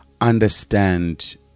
understand